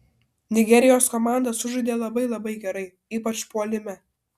nigerijos komanda sužaidė labai labai gerai ypač puolime